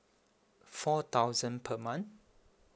four thousand per month